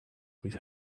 with